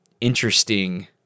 interesting